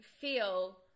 feel